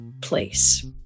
place